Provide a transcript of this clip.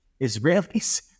Israelis